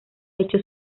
hecho